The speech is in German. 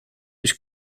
ich